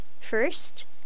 First